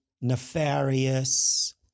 nefarious